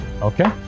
Okay